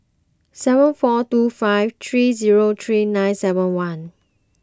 seven four two five three zero three nine seven one